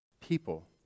People